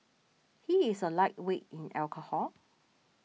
he is a lightweight in alcohol